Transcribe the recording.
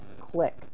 click